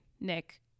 Nick